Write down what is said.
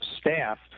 staff